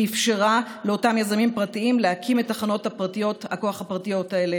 שאפשרה לאותם יזמים פרטיים להקים את תחנות הכוח הפרטיות האלה,